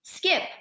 Skip